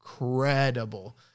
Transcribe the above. Incredible